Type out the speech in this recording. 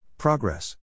Progress